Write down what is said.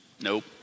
nope